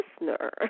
listener